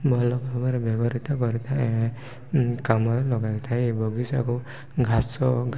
ଭଲ ଭାବରେ ବ୍ୟବହୃତ କରିଥାଏ କାମରେ ଲଗାଇଥାଏ ଏ ବଗିଚାକୁ ଘାସ